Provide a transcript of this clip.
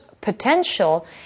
potential